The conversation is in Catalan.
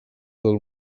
del